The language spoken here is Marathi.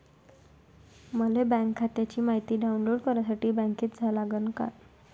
मले बँक खात्याची मायती डाऊनलोड करासाठी बँकेत जा लागन का?